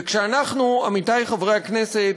וכשאנחנו, עמיתי חברי הכנסת,